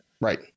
Right